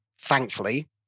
thankfully